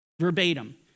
verbatim